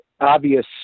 obvious